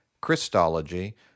Christology